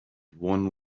one